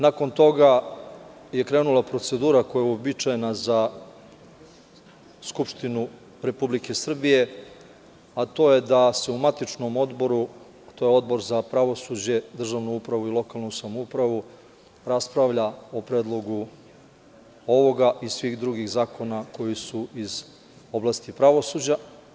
Nakon toga je krenula procedura koja je uobičajena za Skupštinu Republike Srbije, a to je da se u matičnom odboru, a to je Odbor za pravosuđe, državnu upravu i lokalnu samoupravu, raspravlja o predlogu ovoga i svih drugih zakona koji su iz oblasti pravosuđa.